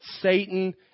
Satan